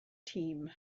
team